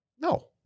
No